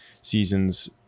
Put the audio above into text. seasons